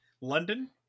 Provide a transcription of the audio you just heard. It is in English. London